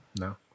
No